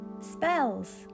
spells